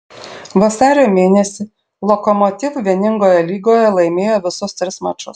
vasario mėnesį lokomotiv vieningoje lygoje laimėjo visus tris mačus